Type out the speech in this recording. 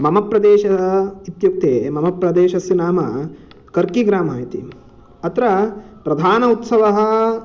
मम प्रदेशः इत्युक्ते मम प्रदेशस्य नाम कर्किग्रामः इति अत्र प्रधान उत्सवः